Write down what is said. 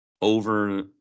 over